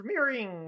premiering